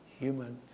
human